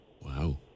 Wow